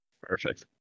Perfect